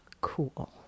cool